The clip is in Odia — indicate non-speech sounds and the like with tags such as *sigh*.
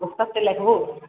*unintelligible* ଲାଗିବୁ